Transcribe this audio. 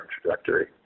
trajectory